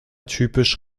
typische